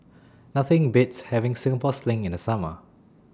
Nothing Beats having Singapore Sling in The Summer